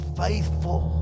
faithful